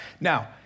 Now